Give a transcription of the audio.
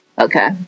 Okay